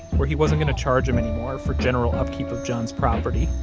where he wasn't going to charge him anymore for general upkeep of john's property,